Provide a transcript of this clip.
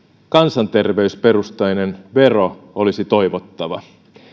kansanterveysperusteinen vero olisi toivottava